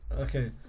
Okay